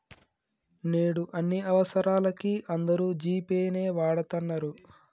నేడు అన్ని అవసరాలకీ అందరూ జీ పే నే వాడతన్నరు